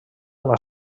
una